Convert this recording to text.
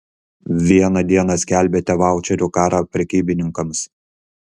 vieną dieną skelbiate vaučerių karą prekybininkams